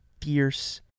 fierce